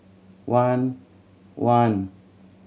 one one